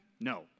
No